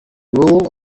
rule